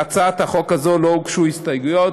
להצעת החוק הזאת לא הוגשו הסתייגויות,